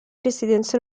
residenze